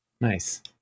nice